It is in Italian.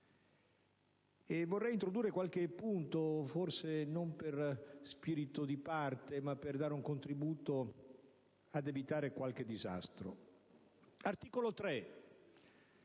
Vorrei introdurre qualche spunto, e non per spirito di parte, ma per dare un contributo ad evitare qualche disastro. L'articolo 3